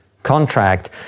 Contract